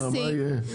שכחת את זה, מה יהיה?